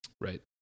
Right